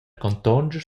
contonscher